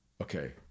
Okay